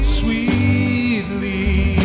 sweetly